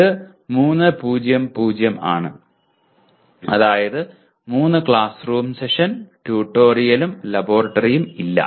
ഇത് 3 0 0 ആണ് അതായത് 3 ക്ലാസ് റൂം സെഷൻ ട്യൂട്ടോറിയലും ലബോറട്ടറിയും ഇല്ല